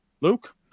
Luke